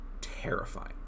terrifying